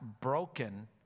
broken